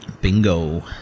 Bingo